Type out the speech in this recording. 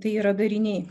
tai yra dariniai